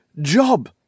job